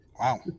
Wow